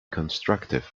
constructive